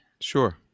sure